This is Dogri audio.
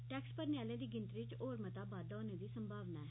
टैक्स भरने आलें दी गिनतरी इच होर मता बाद्दा होने दी संभावना ऐ